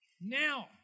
Now